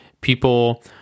people